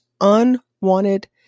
unwanted